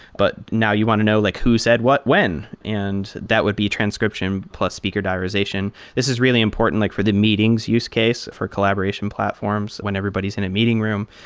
but now you want to know like who said what, when, and that would be transcription plus speaker diarization. this is really important like for the meetings use case for collaboration platforms when everybody's in a meeting room.